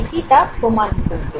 এটি তা প্রমাণ করবে